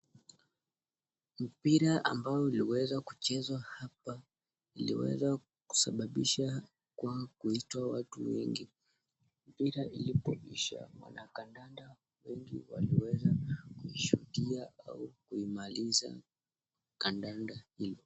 Mpira ambao uliweza kuchezwa hapa uliweza kusababisha kwa kuitwa watu wengi. Mpira ulipoisha wanakandanda wengi waliweza kushuhudia au kuimaliza kandanda hii.